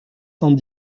cent